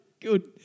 good